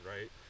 right